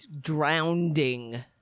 drowning